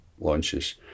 launches